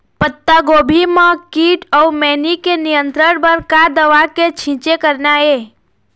पत्तागोभी म कीट अऊ मैनी के नियंत्रण बर का दवा के छींचे करना ये?